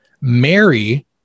Mary